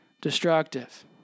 destructive